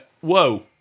whoa